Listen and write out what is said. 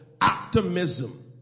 Optimism